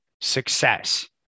success